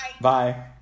Bye